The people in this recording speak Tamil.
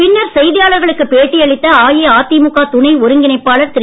பின்னர் செய்தியாளர்களுக்கு பேட்டியளித்த அஇஅதிமுக துணை ஒருங்கிணைப்பாளர் திரு